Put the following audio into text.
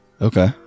Okay